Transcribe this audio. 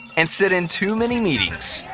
and sit in too many meetings.